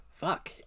fuck